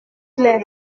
plait